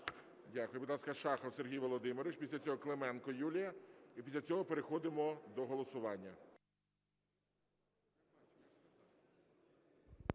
Дякую. Будь ласка, Шахов Сергій Володимирович. Після цього Клименко Юлія. І після цього переходимо до голосування.